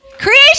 Creation